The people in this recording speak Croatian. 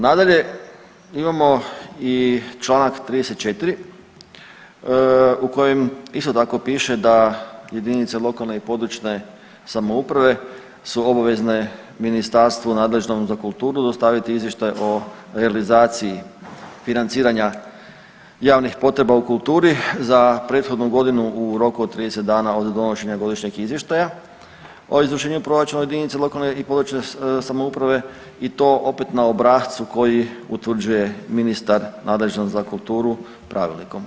Nadalje, imamo i članak 34. u kojem isto tako piše da jedinice lokalne i područne samouprave su obavezne ministarstvu nadležnom za kulturu dostaviti izvještaj o realizaciji financiranja javnih potreba u kulturi za prethodnu godinu u roku od 30 dana od donošenja godišnjeg izvještaja o izvršenju proračuna u jedinici lokalne i područne samouprave i to opet na obrascu koji utvrđuje ministar nadležan za kulturu pravilnikom.